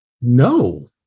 no